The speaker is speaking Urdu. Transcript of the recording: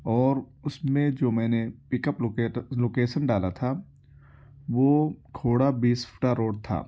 اور اس میں جو میں نے پک اپ لوکیشن ڈالا تھا وہ کھوڑا بیس فٹا روڈ تھا